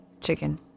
chicken